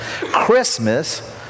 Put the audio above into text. Christmas